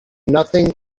nothing